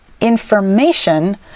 information